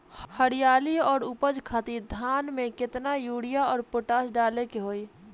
हरियाली और उपज खातिर धान में केतना यूरिया और पोटाश डाले के होई?